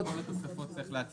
על כל התוספות צריך להצביע.